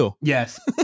yes